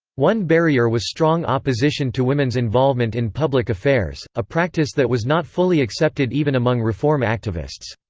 one barrier was strong opposition to women's involvement in public affairs, a practice that was not fully accepted even among reform activists.